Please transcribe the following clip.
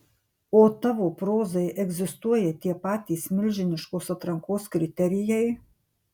o tavo prozai egzistuoja tie patys milžiniškos atrankos kriterijai